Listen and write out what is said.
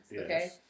Okay